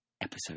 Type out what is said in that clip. episode